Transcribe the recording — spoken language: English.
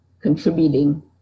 contributing